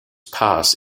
pass